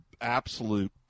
absolute